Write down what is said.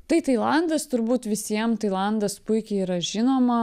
tai tailandas turbūt visiem tailandas puikiai yra žinoma